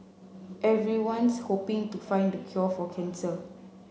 everyone's hoping to find the cure for cancer